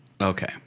Okay